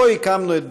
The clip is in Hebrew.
פה הקמנו את ביתנו.